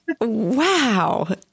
Wow